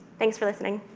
thanks for listening.